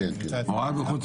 הוועדה המשותפת לתקציב הביטחון